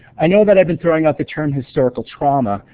i know that i've been throwing up the term historical trauma,